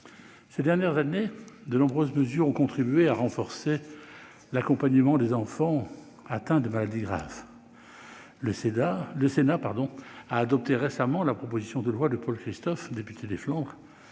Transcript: Ces dernières années, de nombreuses mesures ont contribué à renforcer l'accompagnement des enfants atteints de maladies graves. Le Sénat a ainsi adopté récemment la proposition de loi de Paul Christophe, député du Nord,